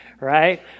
right